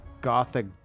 gothic